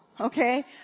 Okay